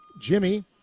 Jimmy